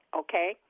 okay